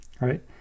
right